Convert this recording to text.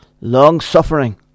long-suffering